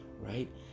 right